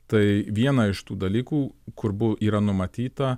tai vieną iš tų dalykų kur bu yra numatyta